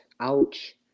Ouch